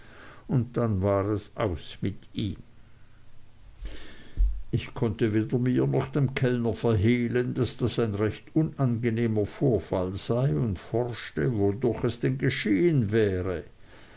und dann war es aus mit ihm ich konnte weder mir noch dem kellner verhehlen daß das ein recht unangenehmer vorfall sei und forschte wodurch es denn geschehen wäre